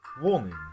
Warning